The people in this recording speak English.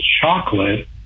chocolate